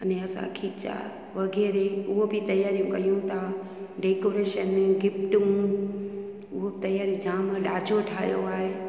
अने असां खीचा वग़ैरह उहो बि तयारियूं कयूं था डेकोरेशन गिफ्टूं उहो तयारी जाम डांजो ठाहियो आहे